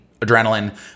adrenaline